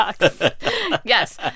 yes